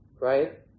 right